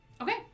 Okay